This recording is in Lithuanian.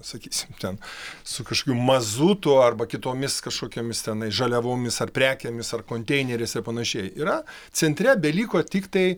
sakysim ten su kažkokiu mazutu arba kitomis kažkokiomis tenai žaliavomis ar prekėmis ar konteineriuose ar panašiai yra centre beliko tiktai